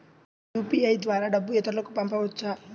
UPI ద్వారా డబ్బు ఇతరులకు పంపవచ్చ?